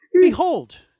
Behold